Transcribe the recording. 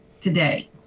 today